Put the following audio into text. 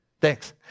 Thanks